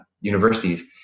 universities